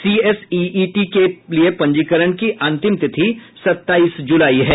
CSEET के लिए पंजीकरण की अंतिम तिथि सत्ताईस जुलाई है